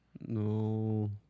No